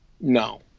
no